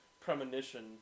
premonition